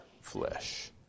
flesh